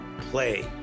play